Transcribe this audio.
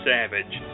Savage